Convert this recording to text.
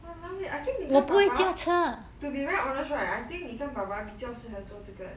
!walao! eh I think 你跟爸爸 to be very honest right I think 你跟爸爸比较适合做这个